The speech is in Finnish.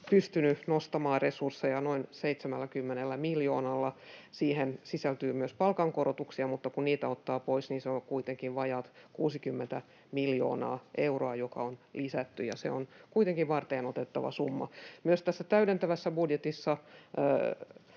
pystynyt nostamaan resursseja noin 70 miljoonalla. Siihen sisältyy myös palkankorotuksia, mutta kun niitä ottaa pois, niin se on kuitenkin vajaat 60 miljoonaa euroa, mitä on lisätty, ja se on kuitenkin varteenotettava summa. Myös täydentävässä budjetissa